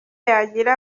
yagira